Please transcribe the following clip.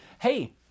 Hey